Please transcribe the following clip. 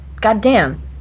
Goddamn